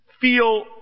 feel